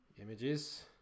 Images